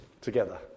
together